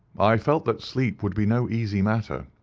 i felt that sleep would be no easy matter,